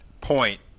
point